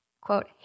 quote